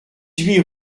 huit